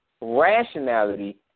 rationality